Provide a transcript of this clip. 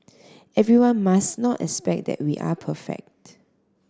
everyone must not expect that we are perfect